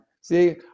See